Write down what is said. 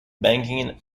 banking